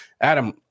Adam